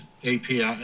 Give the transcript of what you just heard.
API